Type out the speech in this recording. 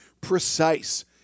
precise